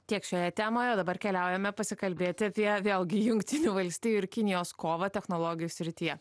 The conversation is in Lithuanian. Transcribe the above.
tiek šioje temoje dabar keliaujame pasikalbėti apie vėlgi jungtinių valstijų ir kinijos kovą technologijų srityje